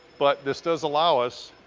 but this does allow us